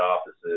offices